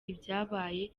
ibyabaye